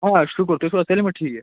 آ شُکُر تُہۍ چھُو حظ سٲلِم اَتہِ ٹھیٖک